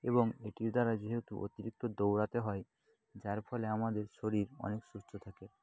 এবং এটির দ্বারা যেহেতু অতিরিক্ত দৌড়াতে হয় যার ফলে আমাদের শরীর অনেক সুস্থ থাকে